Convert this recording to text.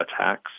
attacks